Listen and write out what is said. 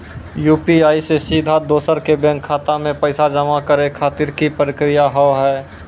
UPI से सीधा दोसर के बैंक खाता मे पैसा जमा करे खातिर की प्रक्रिया हाव हाय?